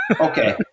Okay